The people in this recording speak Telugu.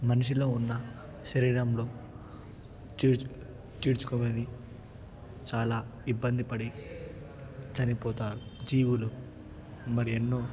మనిషిలో ఉన్న శరీరంలో చేర్చు చేర్చుకోని చాలా ఇబ్బంది పడి చనిపోతారు జీవులు మరెన్నో